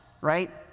right